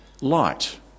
light